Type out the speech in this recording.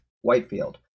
Whitefield